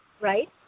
right